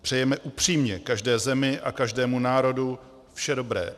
Přejeme upřímně každé zemi a každému národu vše dobré.